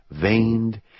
veined